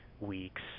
weeks